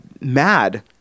mad